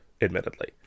admittedly